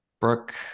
brooke